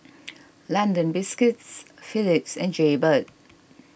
London Biscuits Phillips and Jaybird